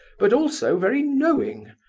but also very knowing.